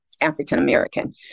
african-american